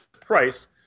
Price